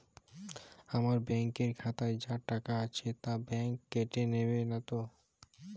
আমার ব্যাঙ্ক এর খাতায় যা টাকা আছে তা বাংক কেটে নেবে নাতো?